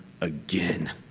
again